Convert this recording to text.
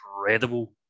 incredible